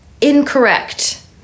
incorrect